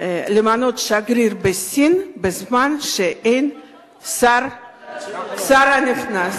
למנות שגריר בסין בזמן שאין שר נכנס.